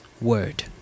word